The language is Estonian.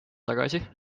tagasi